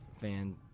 fan